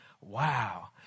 Wow